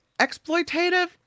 exploitative